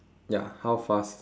ya how fast